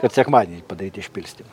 kad sekmadienį padaryti išpilstymą